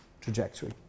trajectory